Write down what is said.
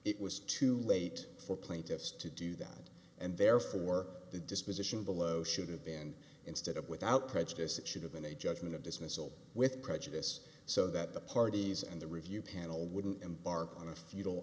it was too late for plaintiffs to do that and therefore the disposition below should have been instead of without prejudice it should have been a judgment of dismissal with prejudice so that the parties and the review panel wouldn't embark on a futile